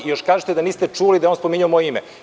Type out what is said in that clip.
Još kažete da niste čuli da je on spominjao moje ime.